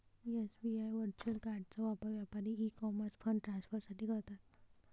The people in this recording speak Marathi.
एस.बी.आय व्हर्च्युअल कार्डचा वापर व्यापारी ई कॉमर्स फंड ट्रान्सफर साठी करतात